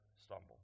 stumble